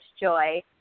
joy